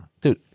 dude